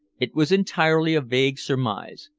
it was entirely a vague surmise.